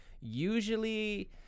usually